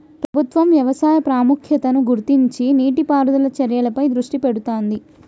ప్రభుత్వం వ్యవసాయ ప్రాముఖ్యతను గుర్తించి నీటి పారుదల చర్యలపై దృష్టి పెడుతాంది